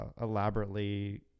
elaborately